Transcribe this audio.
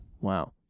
wow